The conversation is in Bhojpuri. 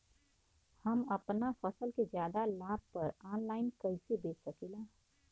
हम अपना फसल के ज्यादा लाभ पर ऑनलाइन कइसे बेच सकीला?